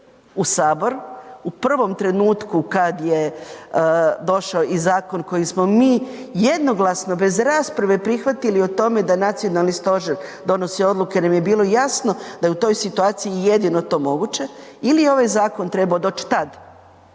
u Sabor u prvom trenutku kada je došao i zakon koji smo mi jednoglasno bez rasprave prihvatili o tome da Nacionalni stožer donosi odluke nam je bilo jasno da je u toj situaciji jedino to moguće ili je ovaj zakon trebao doć tad,